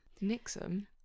Nixon